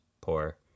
poor